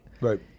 Right